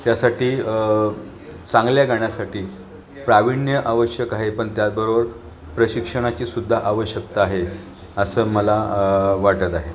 त्यासाठी चांगल्या गाण्यासाठी प्रावीण्य आवश्यक आहे पण त्याचबरोबर प्रशिक्षणाची सुुद्धा आवश्यकता आहे असं मला वाटत आहे